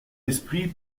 esprit